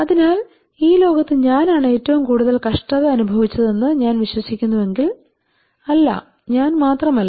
അതിനാൽ ഈ ലോകത്ത് ഞാനാണ് ഏറ്റവും കൂടുതൽ കഷ്ടത അനുഭവിച്ചതെന്നു ഞാൻ വിശ്വസിക്കുന്നുവെങ്കിൽ അല്ല ഞാൻ മാത്രമല്ല